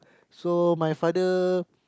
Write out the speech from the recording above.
so my father